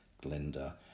Glinda